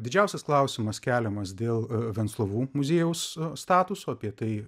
didžiausias klausimas keliamas dėl venclovų muziejaus statuso apie tai